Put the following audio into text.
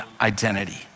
identity